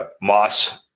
Moss